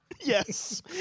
Yes